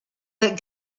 that